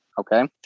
Okay